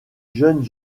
jeune